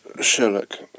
Sherlock